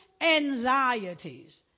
anxieties